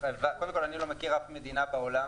קודם כול, אני לא מכיר אף מדינה בעולם